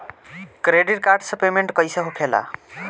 Credit card से payment कईसे होखेला?